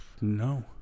No